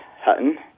Hutton